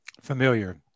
Familiar